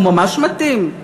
הוא ממש מתאים.